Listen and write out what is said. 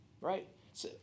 right